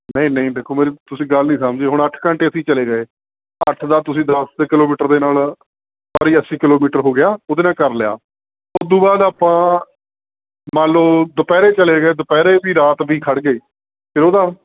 ਨਹੀਂ ਨਹੀਂ ਦੇਖੋ ਮੇਰੀ ਤੁਸੀਂ ਗੱਲ ਨਹੀਂ ਸਮਝੇ ਹੁਣ ਅੱਠ ਘੰਟੇ ਅਸੀਂ ਚਲੇ ਗਏ ਅੱਠ ਦਾ ਤੁਸੀਂ ਦਸ ਰੁਪਏ ਕਿਲੋਮੀਟਰ ਦੇ ਨਾਲ ਹਰੀ ਅੱਸੀ ਕਿਲੋਮੀਟਰ ਹੋ ਗਿਆ ਉਹਦੇ ਨਾਲ ਕਰ ਲਿਆ ਉਸ ਤੋਂ ਬਾਅਦ ਆਪਾਂ ਮੰਨ ਲਓ ਦੁਪਹਿਰੇ ਚਲੇ ਗਏ ਦੁਪਹਿਰੇ ਵੀ ਰਾਤ ਵੀ ਖੜ੍ਹ ਗਏ ਤਾਂ ਉਹਦਾ